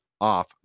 off